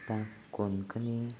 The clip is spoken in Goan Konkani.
आतां कोंकणी